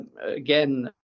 again